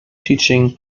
teaching